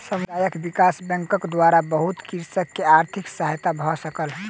समुदाय विकास बैंकक द्वारा बहुत कृषक के आर्थिक सहायता भ सकल